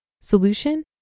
Solution